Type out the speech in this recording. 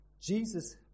Jesus